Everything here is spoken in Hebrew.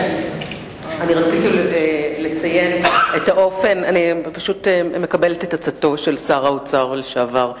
אני מקבלת את עצתו של שר האוצר לשעבר,